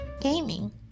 gaming